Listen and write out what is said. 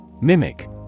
Mimic